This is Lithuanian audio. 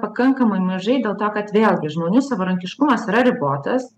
pakankamai mažai dėl to kad vėlgi žmonių savarankiškumas yra ribotas